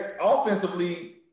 Offensively